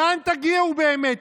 לאן תגיעו, באמת?